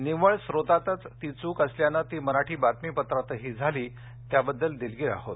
निव्वळ स्त्रोतातच ती चूक असल्याने ती मराठी बातमीपत्रातही झाली त्याबद्दल दिलगीर आहोत